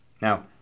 Now